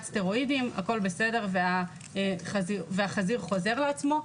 סטרואידים הכול בסדר והחזיר חוזר לעצמו,